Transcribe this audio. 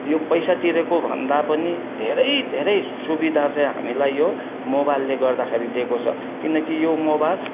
यो पैसा तिरेको भन्दा पनि धेरै धेरै सुविधा चाहिँ हामीलाई यो मोबाइलले गर्दाखेरि दिएको छ किनकि यो मोबाइल